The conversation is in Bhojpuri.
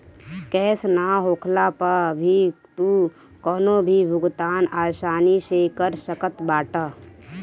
कैश ना होखला पअ भी तू कवनो भी भुगतान आसानी से कर सकत बाटअ